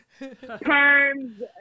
perms